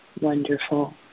wonderful